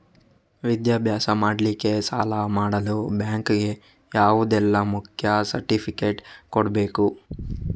ವಿದ್ಯಾಭ್ಯಾಸ ಮಾಡ್ಲಿಕ್ಕೆ ಸಾಲ ಮಾಡಲು ಬ್ಯಾಂಕ್ ಗೆ ಯಾವುದೆಲ್ಲ ಮುಖ್ಯ ಸರ್ಟಿಫಿಕೇಟ್ ಕೊಡ್ಬೇಕು?